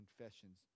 confessions